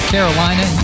Carolina